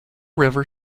river